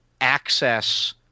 access